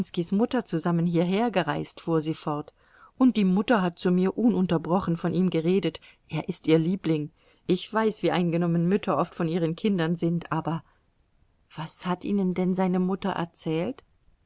mutter zusammen hierher gereist fuhr sie fort und die mutter hat zu mir ununterbrochen von ihm geredet er ist ihr liebling ich weiß wie eingenommen mütter oft von ihren kindern sind aber was hat ihnen denn seine mutter erzählt